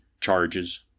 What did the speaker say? charges